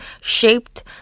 shaped